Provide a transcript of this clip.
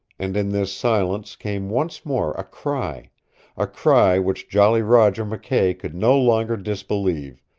and in this silence came once more a cry a cry which jolly roger mckay could no longer disbelieve,